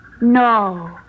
No